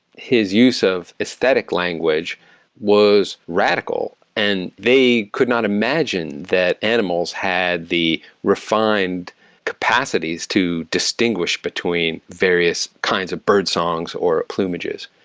his use of aesthetic language was radical, and they could not imagine that animals had the refined capacities to distinguish between various kinds of birdsongs or plumages.